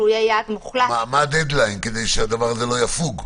מה הדד-ליין, כדי שהדבר הזה לא יפוג?